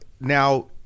Now